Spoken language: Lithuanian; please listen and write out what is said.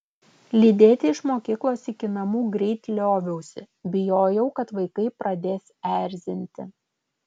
lydėti iš mokyklos iki namų greit lioviausi bijojau kad vaikai pradės erzinti